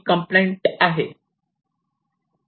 3 complaint आहे